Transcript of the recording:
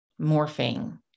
morphing